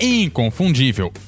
inconfundível